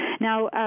Now